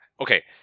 okay